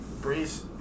Breeze